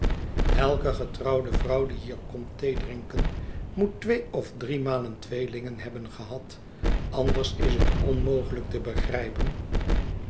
elke getrouwde vrouw die hier komt theedrinken moet twee of driemaal tweelingen hebben gehad anders is het onmogeujk te begrtjpen